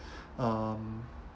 um